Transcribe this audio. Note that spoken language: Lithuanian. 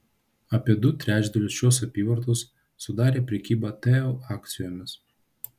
apie du trečdalius šios apyvartos sudarė prekyba teo akcijomis